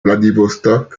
vladivostok